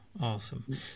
awesome